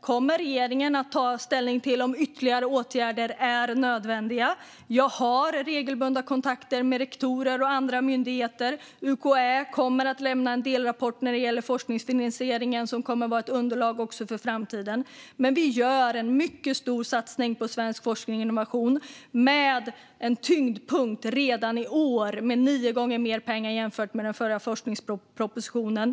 kommer regeringen att ta ställning till om ytterligare åtgärder är nödvändiga. Jag har regelbundna kontakter med rektorer och andra myndigheter. UKÄ kommer att lämna en delrapport när det gäller forskningsfinansieringen, som ska utgöra ett underlag också för framtiden. Vi gör en mycket stor satsning på svensk forskning och innovation med en tyngdpunkt redan i år med nio gånger mer pengar jämfört med den förra forskningspropositionen.